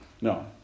No